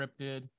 scripted